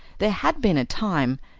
there had been a time,